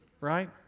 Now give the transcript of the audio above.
right